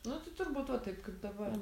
nu tai turbūt va taip kaip dabar